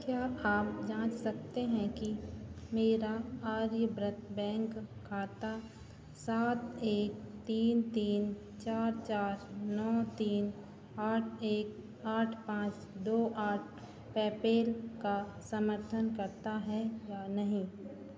क्या आप जाँच सकते हैं कि मेरा आर्यव्रत बैंक खाता सात एक तीन तीन चार चार नौ तीन आठ एक आठ पाँच दो आठ पेपैल का समर्थन करता है या नहीं